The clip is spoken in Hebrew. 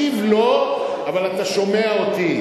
אתה מקשיב לו, אבל אתה שומע אותי.